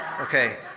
Okay